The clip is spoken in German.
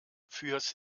fürs